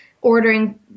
ordering